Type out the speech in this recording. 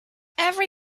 every